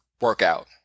workout